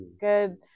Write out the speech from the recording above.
good